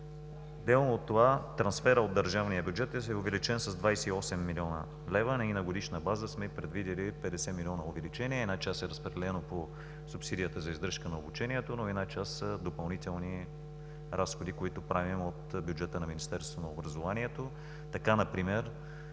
Отделно от това трансферът от държавния бюджет е увеличен с 28 млн. лв. На годишна база сме предвидили 50 милиона увеличение – една част е разпределена по субсидията за издръжка на обучението, но и една част са допълнителни разходи, които правим, от бюджета на Министерството на образованието. Тук е